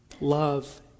love